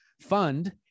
fund